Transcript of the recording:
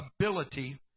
ability